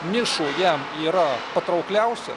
nišų jam yra patraukliausia